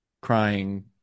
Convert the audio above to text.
crying